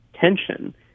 tension